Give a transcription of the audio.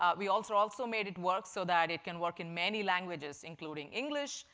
ah we also also made it work so that it can work in many languages, including english,